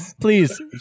please